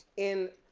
in,